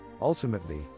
Ultimately